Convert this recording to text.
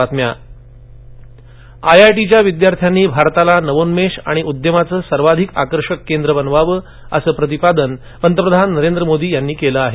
बाईटमोदी आयआयटीच्या विद्यार्थ्यांनी भारताला नवोन्मेष आणि उद्यमाचं सर्वाधिक आकर्षक केंद्र बनवावं असं प्रतिपादन पंतप्रधान नरेंद्र मोदी यांनी केलं आहे